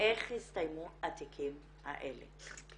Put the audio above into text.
שאיך הסתיימו התיקים האלה.